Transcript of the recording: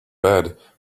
bed